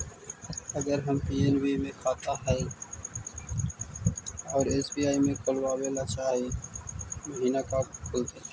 अगर हमर पी.एन.बी मे खाता है और एस.बी.आई में खोलाबल चाह महिना त का खुलतै?